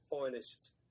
finest